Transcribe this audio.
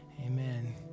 Amen